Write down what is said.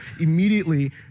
immediately